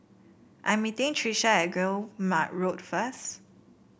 I'm meeting Trisha at Guillemard Road first